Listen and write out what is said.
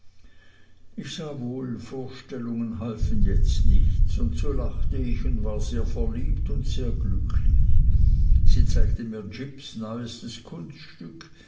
ich sah wohl vorstellungen halfen jetzt nichts so lachte ich und war sehr verliebt und sehr glücklich sie zeigte mir jips neuestes kunststück